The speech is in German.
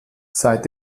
seit